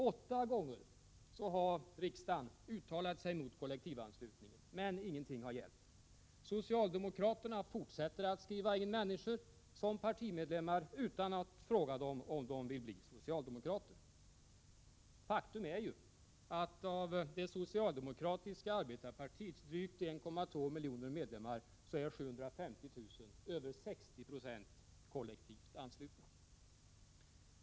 Åtta gånger har riksdagen uttalat sig mot kollektivanslutningen, men ingenting har hjälpt. Socialdemokraterna fortsätter att skriva in människor som partimedlemmar utan att fråga dem om de vill bli socialdemokrater. Faktum är att av det socialdemokratiska arbetarpartiets drygt 1,2 miljoner medlemmar är 750 000, över 60 9e, kollektivt anslutna.